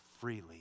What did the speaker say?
freely